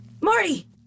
Marty